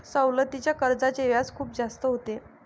सवलतीच्या कर्जाचे व्याज खूप जास्त होते